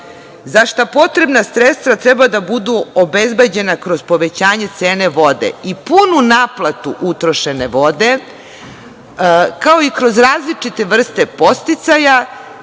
za šta potrebna sredstva treba da budu obezbeđena kroz povećanje cene vode i punu naplatu utrošene vode, kao i kroz različite vrste podsticaja,